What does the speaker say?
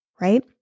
right